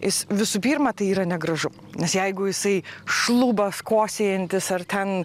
jis visų pirma tai yra negražu nes jeigu jisai šlubas kosėjantis ar ten